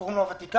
קוראים לו הוותיקן,